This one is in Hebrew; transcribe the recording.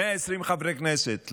120 חברי כנסת,